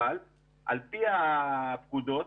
אבל על פי הפקודות,